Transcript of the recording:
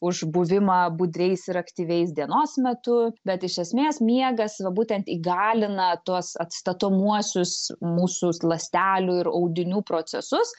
už buvimą budriais ir aktyviais dienos metu bet iš esmės miegas va būtent įgalina tuos atstatomuosius mūsų ląstelių ir audinių procesus